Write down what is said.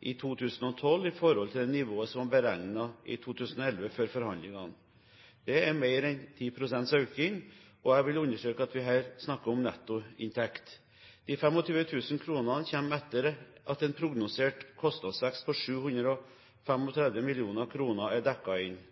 i 2012 i forhold til det nivået som var beregnet i 2011, før forhandlingene. Det er mer enn 10 pst. økning. Og jeg vil understreke at vi her snakker om nettoinntekt. De 25 000 kronene kommer etter at en prognosert kostnadsvekst på 735 mill. kr er dekket inn.